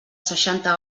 seixanta